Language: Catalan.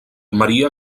maria